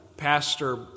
pastor